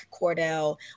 Cordell